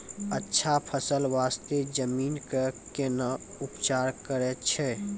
अच्छा फसल बास्ते जमीन कऽ कै ना उपचार करैय छै